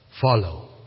Follow